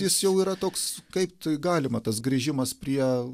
jis jau yra toks kaip ti galima tas grįžimas prie